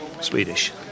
Swedish